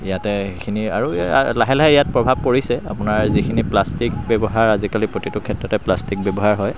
ইয়াতে সেইখিনি আৰু লাহে লাহে ইয়াত প্ৰভাৱ পৰিছে আপোনাৰ যিখিনি প্লাষ্টিক ব্যৱহাৰ আজিকালি প্ৰতিটো ক্ষেত্ৰতে প্লাষ্টিক ব্যৱহাৰ হয়